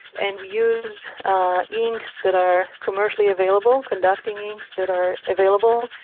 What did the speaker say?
and we use ah inks that are commercially available, conducting inks that are available,